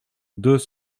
deux